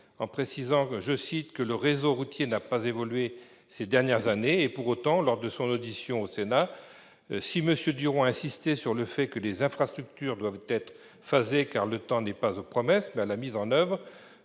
en précisant que « le réseau routier n'a pas évolué ces dernières années ». Lors de son audition au Sénat, M. Duron a insisté sur le fait que les infrastructures devaient être phasées, car le temps n'était plus aux promesses, mais à la mise en oeuvre.